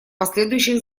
последующих